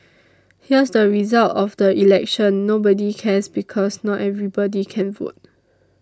here's the result of the election nobody cares because not everybody can vote